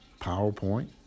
PowerPoint